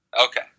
Okay